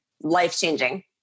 life-changing